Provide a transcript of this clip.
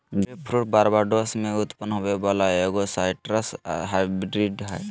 grapefruit Barbados में उत्पन्न होबो वला एगो साइट्रस हाइब्रिड हइ